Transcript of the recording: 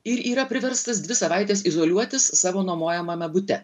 ir yra priverstas dvi savaites izoliuotis savo nuomojamame bute